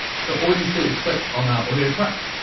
so all we need to do is click on ah audio track,